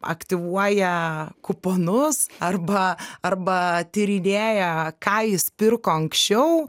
aktyvuoja kuponus arba arba tyrinėja ką jis pirko anksčiau